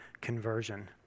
conversion